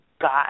got